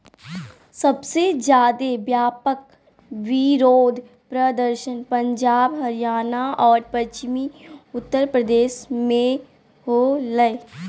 सबसे ज्यादे व्यापक विरोध प्रदर्शन पंजाब, हरियाणा और पश्चिमी उत्तर प्रदेश में होलय